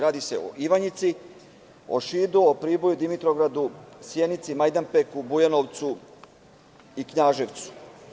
Radi se o Ivanjici, Šidu, Priboju, Dimitrovgradu, Sjenici, Majdanpeku, Bujanovcu i Knjaževcu.